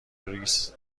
ریسک